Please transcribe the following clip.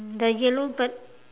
the yellow bird